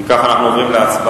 אם כך, אנחנו עוברים להצבעה.